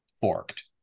forked